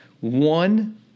One